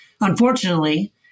unfortunately